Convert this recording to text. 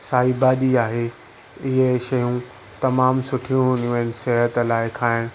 साई भाॼी आहे इहे ई शयूं तमामु सुठियूं हूंदियूं आहिनि सिहत लाइ खाइणु